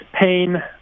pain